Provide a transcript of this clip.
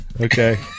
okay